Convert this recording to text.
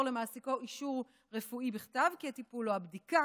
למעסיקו אישור רפואי בכתב כי הטיפול או הבדיקה